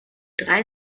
drei